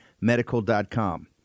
Medical.com